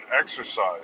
exercise